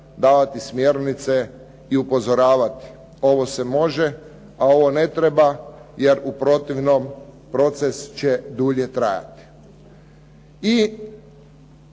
davati smjernice i upozoravati ovo se može, a ovo ne treba jer u protivnom proces će dulje trajati. I